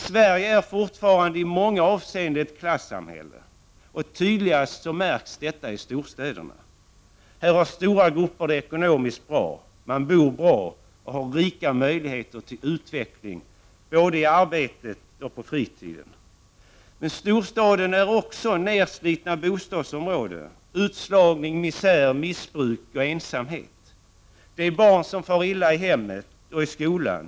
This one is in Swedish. Sverige är fortfarande i många avseenden ett klassamhälle, och tydligast märks detta i storstäderna. Här har stora grupper det ekonomiskt sett bra. Man bor bra och har rika möjligheter till utveckling både i arbetet och på fritiden. Men storstaden består också av nedslitna bostadsområden, utslagning, misär, missbruk och ensamhet. Här finns barn som far illa i hemmet och i skolan.